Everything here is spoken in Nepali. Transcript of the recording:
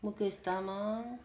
मुकेश तामाङ